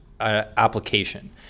Application